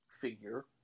figure